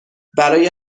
برای